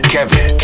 Kevin